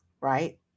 right